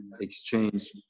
exchange